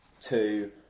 two